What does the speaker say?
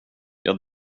jag